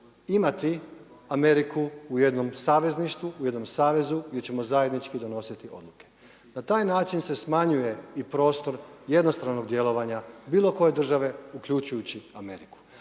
imati Ameriku u jednom savezništvu, u jednom savezu gdje ćemo zajednički donositi odluke. Na taj način se smanjuje i prostor jednostranog djelovanja bilo koje države uključujući Ameriku.